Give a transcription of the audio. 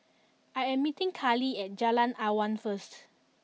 I am meeting Karly at Jalan Awan first